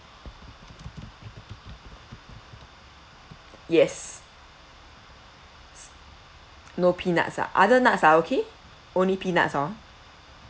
yes s~ no peanuts ah other nuts are okay only peanuts hor